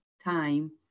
time